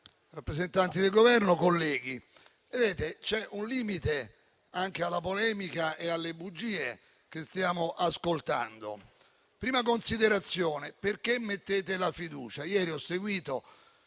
rappresentanti del Governo, colleghi, vedete, c'è un limite anche alla polemica e alle bugie che stiamo ascoltando. Prima considerazione: chiedete perché si mette la fiducia. Ieri ho seguito